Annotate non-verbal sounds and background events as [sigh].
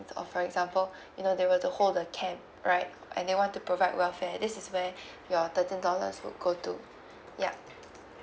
of for example [breath] you know they were to hold the camp right and they want to provide welfare this is where [breath] your thirteen dollars would go to [breath] ya